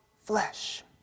flesh